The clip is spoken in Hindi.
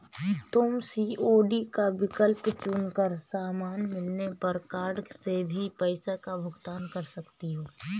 तुम सी.ओ.डी का विकल्प चुन कर सामान मिलने पर कार्ड से भी पैसों का भुगतान कर सकती हो